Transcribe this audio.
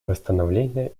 восстановления